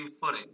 footing